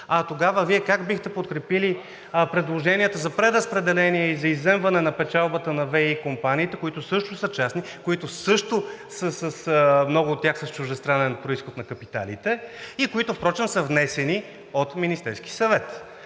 тогава Вие как бихте подкрепили предложенията за преразпределение и за изземване на печалбата на ВЕИ компаниите, които също са частни, които също, много от тях, са с чуждестранен произход на капиталите и които са внесени от Министерския съвет?